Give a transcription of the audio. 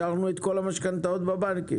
השארנו את כל המשכנתאות בבנקים.